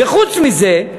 וחוץ מזה,